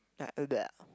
like adult